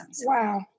wow